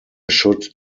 should